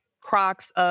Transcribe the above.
Crocs